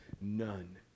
none